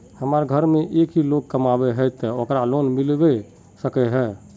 हमरा घर में एक ही लोग कमाबै है ते ओकरा लोन मिलबे सके है?